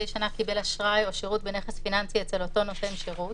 שנה קיבל אשראי או שירות בנכס פיננסי אצל אותו נותן שירות,